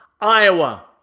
Iowa